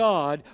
God